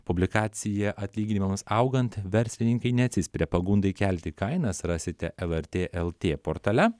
publikacija atlyginimams augant verslininkai neatsispiria pagundai kelti kainas rasite lrt lt portale